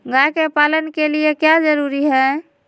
गाय के पालन के लिए क्या जरूरी है?